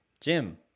Jim